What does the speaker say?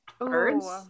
Birds